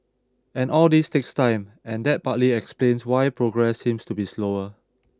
and all this takes time and that partly explains why progress seems to be slower